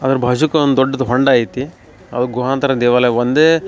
ಅದ್ರ ಬಾಜುಕ್ಕ ಒಂದು ದೊಡ್ದು ಹೊಂಡ ಐತಿ ಅದು ಗುಹಾಂತರ ದೇವಾಲಯ ಒಂದೇ